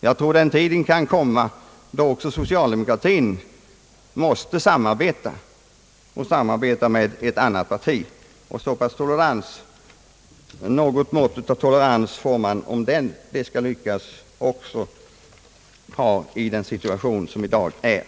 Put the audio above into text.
Jag tror att den tiden kan komma då också socialdemokratin måste samarbeta med annat parti. Om det skail lyckas, får man nog ha något mått av tolerans också i den situation som i dag råder.